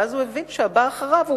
ואז הבין המאבטח שהבא אחריו הוא